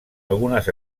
algunes